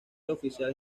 oficial